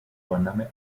vorname